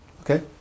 Okay